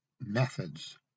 Methods